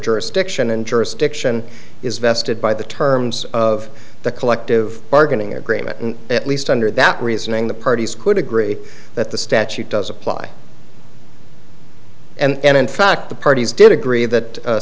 jurisdiction and jurisdiction is vested by the terms of the collective bargaining agreement and at least under that reasoning the parties could agree that the statute does apply and in fact the parties did agree that